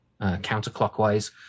counterclockwise